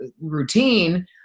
routine